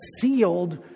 sealed